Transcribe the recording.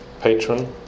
patron